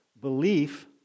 Belief